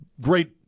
great